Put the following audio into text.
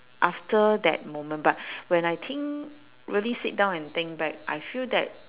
after that moment but when I think really sit down and think back I feel that